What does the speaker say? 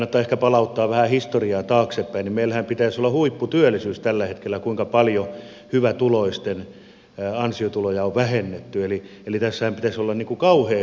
kannattaa ehkä palauttaa vähän historiaa taaksepäin niin meillähän pitäisi olla huipputyöllisyys tällä hetkellä kuinka paljon hyvätuloisten ansiotuloja on vähennetty eli tässähän pitäisi olla kauhee suksee päällä